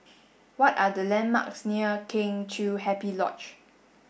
what are the landmarks near Kheng Chiu Happy Lodge